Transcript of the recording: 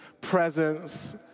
presence